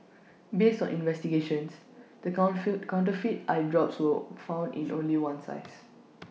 based on investigations the con full counterfeit eye drops were found in only one size